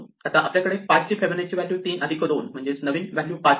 आता आपल्याकडे 5 ची फिबोनाची व्हॅल्यू 3 अधिक 2 म्हणजेच नवीन व्हॅल्यू 5 आहे